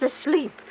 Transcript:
asleep